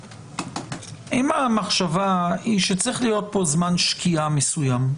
אם המחשבה היא שצריך להיות פה זמן שקיעה מסוים,